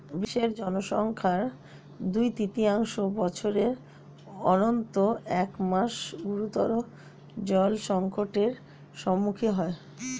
বিশ্বের জনসংখ্যার দুই তৃতীয়াংশ বছরের অন্তত এক মাস গুরুতর জলসংকটের সম্মুখীন হয়